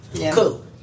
cool